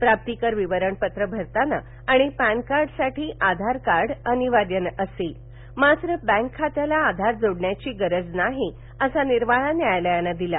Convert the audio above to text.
प्राप्तीकर विवरण पत्र भरताना आणि पॅनकार्डसाठी आधारकार्ड अनिवार्य असेल मात्र बँक खात्याला आधार जोडण्याची गरज नाही असा निर्वाळा न्यायालयानं दिला